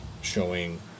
showing